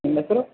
ನಿಮ್ಮ ಹೆಸ್ರು